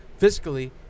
fiscally